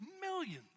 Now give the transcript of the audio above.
millions